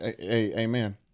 Amen